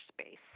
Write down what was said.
space